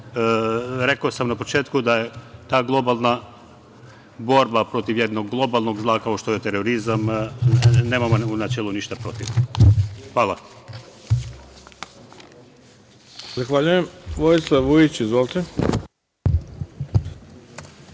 rekao sam na početku da je ta globalna borba protiv jednog globalnog zla kao što je terorizam, nemamo u načelu ništa protiv. Hvala. **Ivica Dačić**